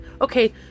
Okay